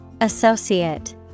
Associate